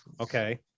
Okay